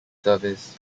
service